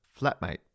flatmate